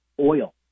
oil